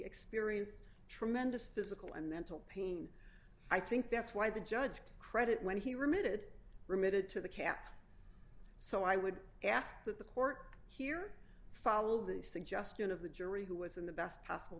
experienced tremendous physical and mental pain i think that's why the judge credit when he remanded remitted to the cap so i would ask that the court here follow the suggestion of the jury who was in the best possible